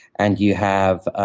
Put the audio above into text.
and you have ah